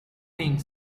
think